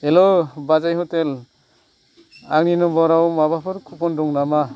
हेल' बाजै हथेल आंनि नमबरयाव माबाफोर खुफन दं नामा